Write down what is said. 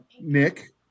Nick